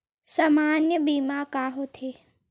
सामान्य बीमा का होथे?